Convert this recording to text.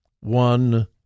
one